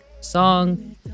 song